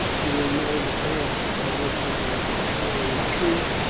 you will know the paths by which you can attack or retreat,